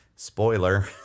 Spoiler